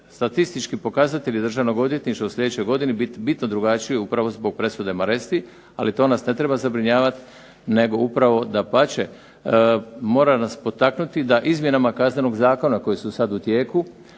statistički pokazatelji Državnog odvjetništva u sljedećoj godini biti bitno drugačiji upravo zbog presude Maresti. Ali to nas ne treba zabrinjavati, nego upravo dapače mora nas potaknuti da izmjenama Kaznenog zakona koji su sad u tijeku